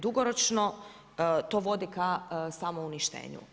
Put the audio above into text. Dugoročno to vodi ka samouništenju.